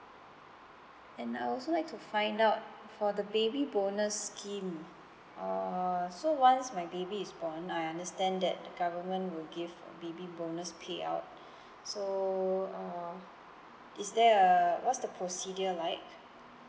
and I'd also like to find out for the baby bonus scheme uh so once my baby is born I understand that the government will give a baby bonus payout so uh is there a what's the procedure like